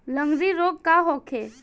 लगंड़ी रोग का होखे?